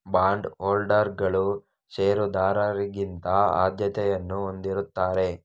bond ಹೋಲ್ಡರುಗಳು ಷೇರುದಾರರಿಗಿಂತ ಆದ್ಯತೆಯನ್ನು ಹೊಂದಿರುತ್ತಾರೆ